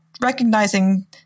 recognizing